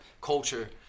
culture